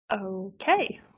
Okay